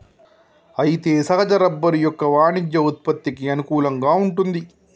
అయితే సహజ రబ్బరు యొక్క వాణిజ్య ఉత్పత్తికి అనుకూలంగా వుంటుంది